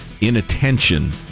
inattention